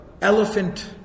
elephant